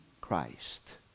Christ